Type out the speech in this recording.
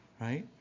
Right